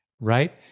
right